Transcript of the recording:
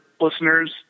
listeners